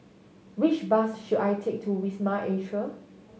which bus should I take to Wisma Atria